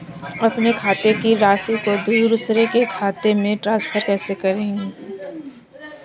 अपने खाते की राशि को दूसरे के खाते में ट्रांसफर कैसे करूँ?